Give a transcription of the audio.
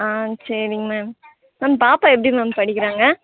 ஆ சரிங்க ma'am ma'am பாப்பா எப்படி மேம் படிக்கிறாங்க